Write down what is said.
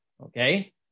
okay